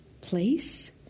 place